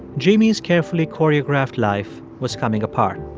jamie's carefully choreographed life was coming apart.